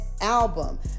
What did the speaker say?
album